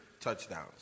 touchdowns